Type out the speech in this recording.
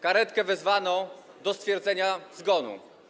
Karetkę wezwano do stwierdzenia zgonu.